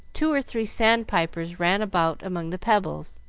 two or three sand-pipers ran about among the pebbles,